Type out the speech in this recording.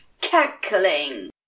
cackling